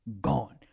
Gone